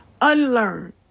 unlearn